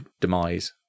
demise